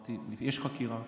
אמרתי: יש חקירה.